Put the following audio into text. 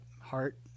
heart